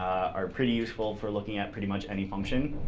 are pretty useful for looking at pretty much any function.